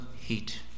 heat